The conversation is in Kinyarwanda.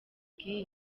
bw’iyi